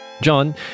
John